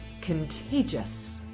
contagious